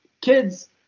kids